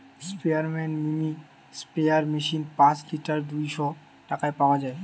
স্পেয়ারম্যান mini sprayer machine পাঁচ litre দুইশ টাকায় পাওয়া যায়